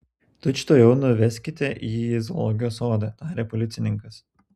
tučtuojau nuveskite jį į zoologijos sodą tarė policininkas